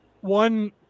one